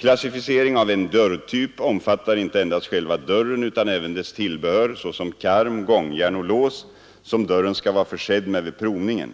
Klassificering av en dörrtyp omfattar inte endast själva dörren utan även dess tillbehör, såsom karm, gångjärn och lås, som dörren skall vara försedd med vid provningen.